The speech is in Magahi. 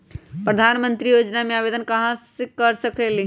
प्रधानमंत्री योजना में आवेदन कहा से कर सकेली?